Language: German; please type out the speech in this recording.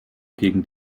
gegen